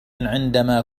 عندما